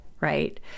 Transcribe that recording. right